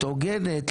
הוגנת,